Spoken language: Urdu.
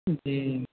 جی